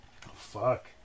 Fuck